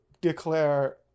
declare